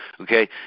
okay